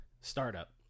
startup